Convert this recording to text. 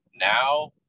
now